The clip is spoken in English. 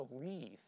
believe